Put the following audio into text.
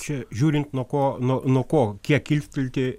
čia žiūrint nuo ko nuo nuo ko kiek kilstelti